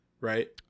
right